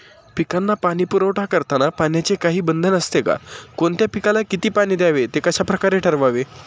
पिकांना पाणी पुरवठा करताना पाण्याचे काही बंधन असते का? कोणत्या पिकाला किती पाणी द्यावे ते कशाप्रकारे ठरवावे?